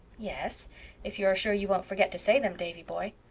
yes if you are sure you won't forget to say them, davy-boy.